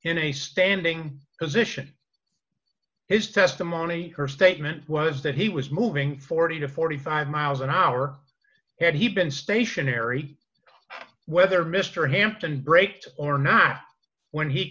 in a standing position his testimony her statement was that he was moving forty to forty five miles an hour had he been stationary whether mr hampton braked or not when he